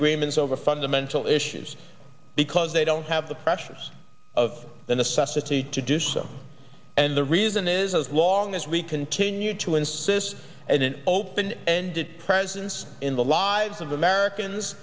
agreements over fundamental issues because they don't have the pressures of the necessity to do so and the reason is as long as we continue to insist as an open ended presence in the lives of americans